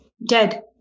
Dead